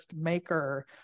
maker